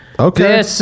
Okay